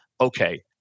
okay